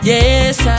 Yes